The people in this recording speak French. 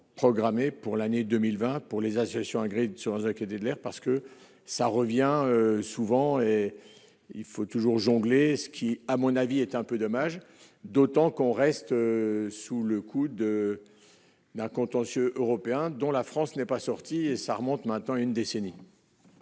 programmée pour l'année 2020 pour les associations agréées sur Jacques et d'de l'air parce que ça revient souvent, et il faut toujours jongler, ce qui à mon avis, est un peu dommage, d'autant qu'on reste sous le coup de d'contentieux européens dont la France n'est pas sorti et ça remonte maintenant une décennie.